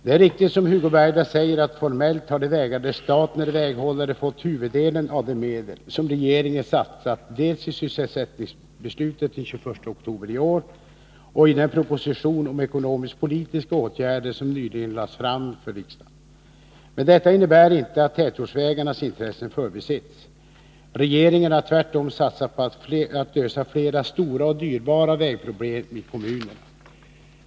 Det är riktigt som Hugo Bergdahl säger, att formellt har de vägar där staten är väghållare fått huvuddelen av de medel som regeringen satsat dels genom sysselsättningsbeslutet den 21 oktober i år, dels genom den proposition om ekonomisk-politiska åtgärder som nyligen lades fram för riksdagen. Men detta innebär inte att tätortsvägarnas intressen förbisetts. Regeringen har tvärtom satsat på att lösa flera stora och dyrbara vägproblem i kommunerna.